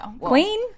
Queen